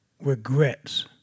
regrets